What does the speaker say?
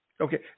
Okay